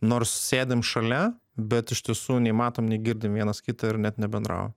nors sėdim šalia bet iš tiesų nei matom nei girdim vienas kitą ir net nebendraujam